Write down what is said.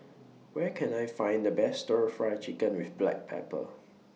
Where Can I Find The Best Stir Fry Chicken with Black Pepper